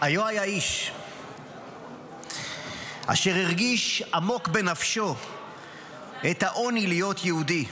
"היה היה איש אשר הרגיש עמוק בנפשו את העוני להיות יהודי.